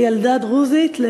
כילדה דרוזית,